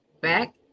back